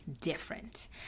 different